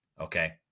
Okay